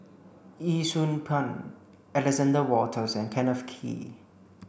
Yee Siew Pun Alexander Wolters and Kenneth Kee